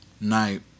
night